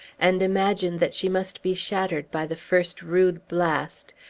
and imagine that she must be shattered by the first rude blast,